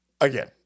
Again